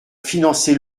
financer